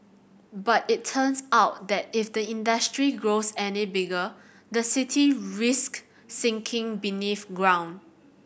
but it turns out that if the industry grows any bigger the city risks sinking beneath ground